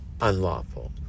unlawful